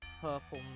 purple